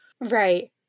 Right